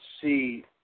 see